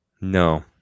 No